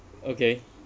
okay